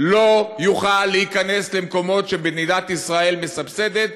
לא תוכל להיכנס למקומות שמדינת ישראל מסבסדת,